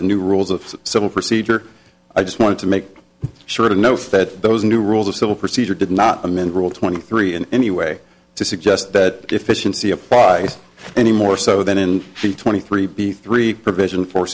the new rules of civil procedure i just want to make sure to note that those new rules of civil procedure did not amend rule twenty three in any way to suggest that efficiency up by any more so than in the twenty three b three provision for